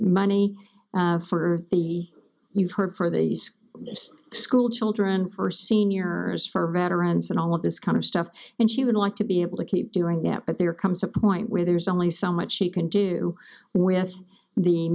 money for the we've heard for these school children for senior for veterans and all of this kind of stuff and she would like to be able to keep doing that but there comes a point where there's only so much she can do with the